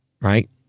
Right